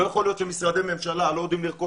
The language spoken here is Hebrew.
לא יכול להיות שמשרדי ממשלה לא יודעים לרכוש